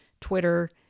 Twitter